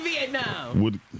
Vietnam